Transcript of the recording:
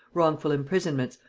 wrongful imprisonments,